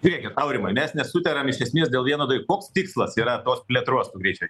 žiūrėkit aurimai mes nesutariam iš esmės dėl vieno koks tikslas yra tos plėtros tų greičio